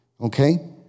Okay